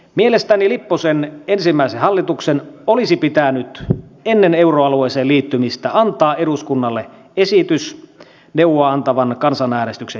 mielestäni lipposen ensimmäisen hallituksen olisi pitänyt ennen euroalueeseen liittymistä antaa eduskunnalle esitys neuvoa antavan kansanäänestyksen järjestämisestä